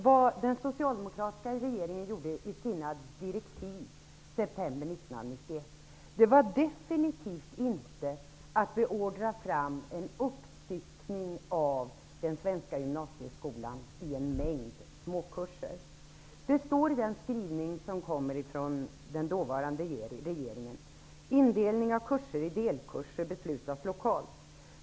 Vad den socialdemokratiska regeringen gjorde i sina direktiv i september 1991 var definitivt inte att beordra fram en uppstyckning av den svenska gymnasieskolan i en mängd småkurser. Det står i den skrivning som kommer från den dåvarande regeringen: Indelning av kurser i delkurser beslutas lokalt.